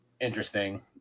interesting